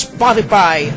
Spotify